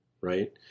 right